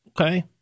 Okay